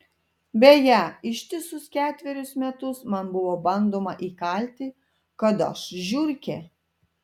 beje ištisus ketverius metus man buvo bandoma įkalti kad aš žiurkė